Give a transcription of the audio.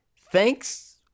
Thanks